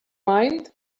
mind